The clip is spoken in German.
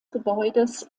gebäudes